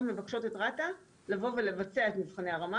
מבקשות את רת"א לבוא ולבצע את מבחני הרמה,